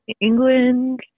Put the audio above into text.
England